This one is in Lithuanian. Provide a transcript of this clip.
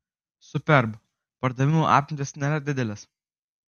superb pardavimų apimtys nėra didelės